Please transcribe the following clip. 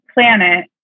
planet